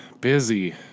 Busy